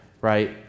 right